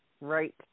Right